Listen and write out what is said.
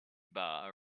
bar